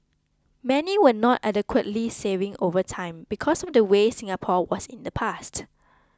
many were not adequately saving over time because of the way Singapore was in the past